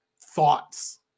thoughts